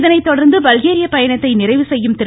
இதனைத்தொடர்ந்து பல்கேரிய பயணத்தை நிறைவு செய்யும் திரு